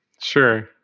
Sure